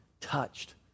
touched